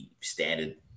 standard